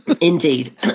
Indeed